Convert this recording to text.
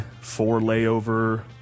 four-layover